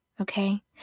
okay